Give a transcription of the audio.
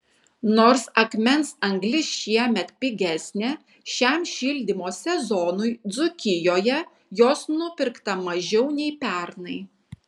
nors akmens anglis šiemet pigesnė šiam šildymo sezonui dzūkijoje jos nupirkta mažiau nei pernai